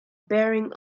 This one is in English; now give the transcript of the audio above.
bearing